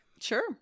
Sure